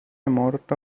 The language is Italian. morta